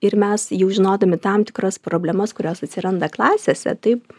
ir mes jau žinodami tam tikras problemas kurios atsiranda klasėse taip